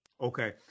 Okay